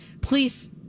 please